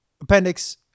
appendix